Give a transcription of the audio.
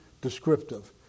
descriptive